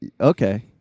Okay